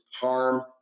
harm